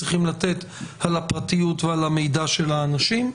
צריכים לתת על הפרטיות ועל המידע של האנשים.